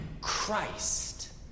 Christ